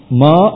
ma